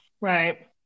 Right